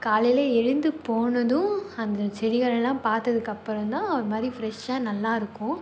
காலையில் எழுந்து போனதும் அந்த செடிகளெல்லாம் பாத்ததுக்கப்புறந்தான் ஒருமாதிரி ஃப்ரெஷ்ஷாக நல்லா இருக்கும்